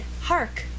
Hark